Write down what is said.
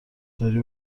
داری